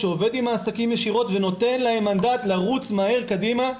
שעובד ישירות עם העסקים ונותן להם מנדט לרוץ מהר קדימה.